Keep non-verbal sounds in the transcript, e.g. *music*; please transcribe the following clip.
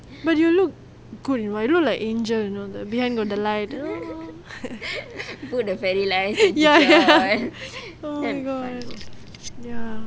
but you look good you know you look like angel you know the behind got the light !aww! *laughs* ya oh my god ya